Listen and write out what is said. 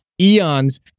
eons